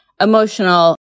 emotional